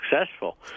successful